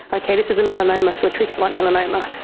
ah okay, this is a melanoma so treat it like melanoma.